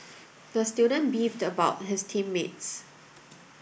the student beefed about his team mates